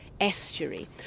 estuary